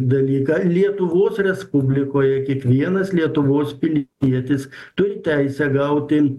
dalyką lietuvos respublikoje kiekvienas lietuvos pilietis turi teisę gauti